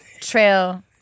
trail